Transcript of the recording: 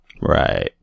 Right